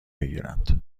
بگیرند